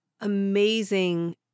amazing